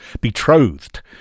betrothed